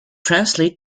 translates